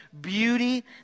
beauty